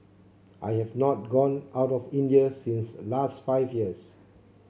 I have not gone out of India since last five years